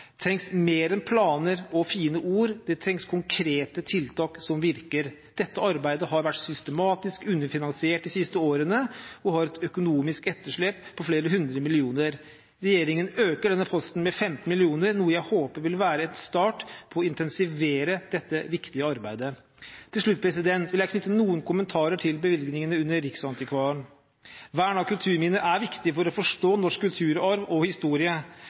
trengs mer enn planer og fine ord, det trengs konkrete tiltak som virker. Dette arbeidet har vært systematisk underfinansiert de siste årene og har et økonomisk etterslep på flere hundre millioner. Regjeringen øker denne posten med 15 mill. kr, noe jeg håper vil være en start på å intensivere dette viktige arbeidet. Til slutt vil jeg knytte noen kommentarer til bevilgningene under Riksantikvaren. Vern av kulturminner er viktig for å forstå norsk kulturarv og historie